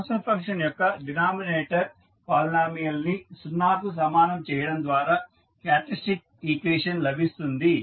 transfer function యొక్క denominator polynomial ని 0 కు సమానం చేయడం ద్వారా క్యారెక్టరిస్టిక్ ఈక్వేషన్ లభిస్తుంది